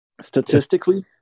statistically